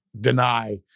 deny